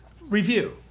review